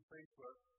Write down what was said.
Facebook